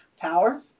power